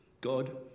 God